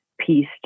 piece